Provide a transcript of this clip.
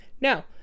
Now